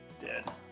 Dead